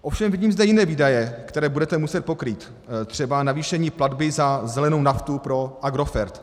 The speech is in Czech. Ovšem vidím zde jiné výdaje, které budete muset pokrýt, třeba navýšení platby za zelenou naftu pro Agrofert.